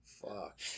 fuck